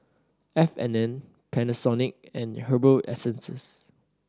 F and N Panasonic and Herbal Essences